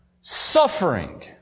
suffering